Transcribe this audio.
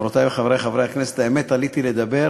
חברותי וחברי חברי הכנסת, האמת, עליתי לדבר